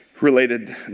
related